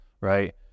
Right